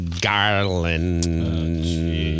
Garland